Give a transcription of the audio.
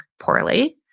poorly